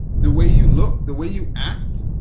the way you look, the way you act,